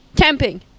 camping